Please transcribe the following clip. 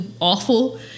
awful